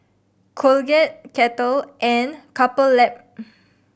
Colgate Kettle and Couple Lab